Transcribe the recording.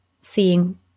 seeing